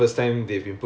oh